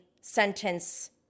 sentence